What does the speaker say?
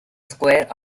square